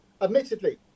Admittedly